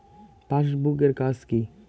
Passbook এর কাজ কি?